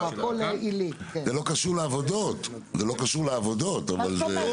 --- זה לא קשור לעבודות אבל זה...